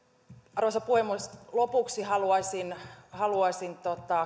arvoisa puhemies lopuksi haluaisin haluaisin